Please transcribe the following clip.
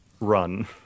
run